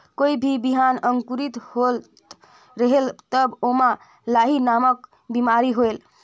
कोई भी बिहान अंकुरित होत रेहेल तब ओमा लाही नामक बिमारी होयल?